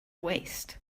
waist